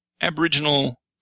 Aboriginal